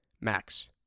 max